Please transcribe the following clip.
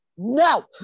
no